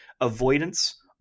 avoidance